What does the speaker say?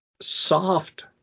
soft